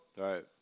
Right